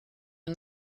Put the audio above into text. and